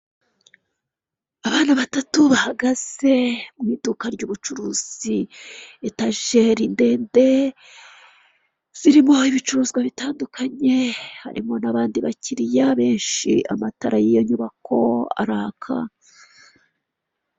Abantu benshi bicayemo ahantu m'imbere mu inzu, imbere yabo hariho ameza n'ubucupa bw'amazi, hejuru ku meza na za mikoro imbere yaho harimo na za telefone zabo niho zirambitse hakurya urugi rurafunguye.